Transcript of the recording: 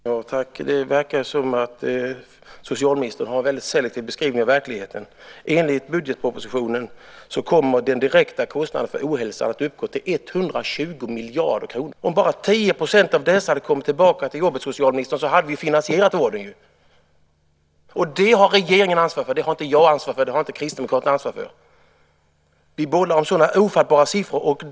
Fru talman! Det verkar som om socialministern gör en väldigt selektiv beskrivning av verkligheten. Enligt budgetpropositionen kommer den direkta kostnaden för ohälsa att uppgå till 120 miljarder kronor och den ska öka med 10 miljarder. Om bara 10 % hade kommit tillbaka till jobbet hade vi finansierat vården. Det har regeringen ansvar för. Det har inte jag ansvar för. Det har inte Kristdemokraterna ansvar för. Vi bollar med sådana ofattbara siffror.